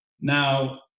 Now